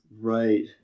Right